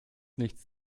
nichts